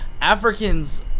Africans